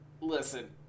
listen